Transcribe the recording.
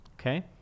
okay